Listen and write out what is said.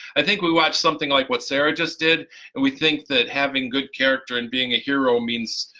i think we watched something like what sarah just did and we think that having good character and being a hero means,